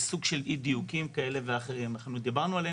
נכון.